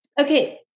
Okay